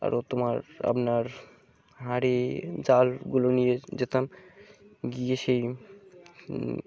আরও তোমার আপনার হাঁড়ি জালগুলো নিয়ে যেতাম গিয়ে সেই